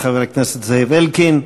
חבר הכנסת זאב אלקין.